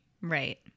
Right